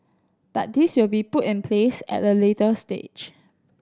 but these will be put in place at a later stage